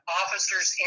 officers